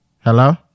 Hello